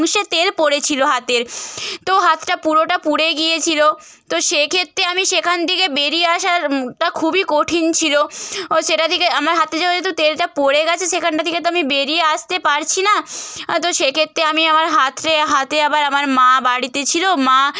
অংশে তেল পড়েছিলো হাতের তো হাতটা পুরোটা পুড়ে গিয়েছিলো তো সেক্ষেত্রে আমি সেখান থেকে বেরিয়ে আসার টা খুবই কঠিন ছিল ও সেটা থেকে আমার হাতে যেহেতু তেলটা পড়ে গেছে সেখানটা থেকে তো আমি বেরিয়ে আসতে পারছিনা তো সেক্ষেত্রে আমি আমার হাতরে হাতে আবার আমার মা বাড়িতে ছিল মা